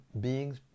beings